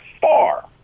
far